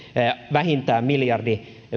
vähintään miljardi